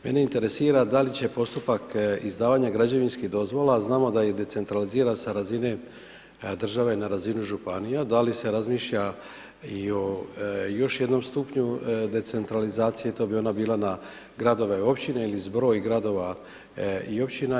Mene interesira da li će postupak izdavanja građevinskih dozvola, a znamo da je decentraliziran sa razine države na razinu županija, da li se razmišlja i o još jednom stupnju decentralizacije, to bi ona bila na gradove i općine ili zbroj gradova i općina?